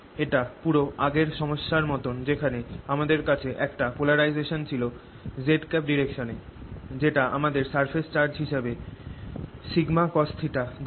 এটা পুরো আগের সমস্যার মতন যেখানে আমাদের কাছে একটা পোলারাইজেশান ছিল z ডিরেকশান এ যেটা আমাদের সারফেস চার্জ হিসেবে cosθ দেয়